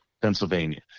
Pennsylvania